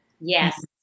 Yes